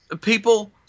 People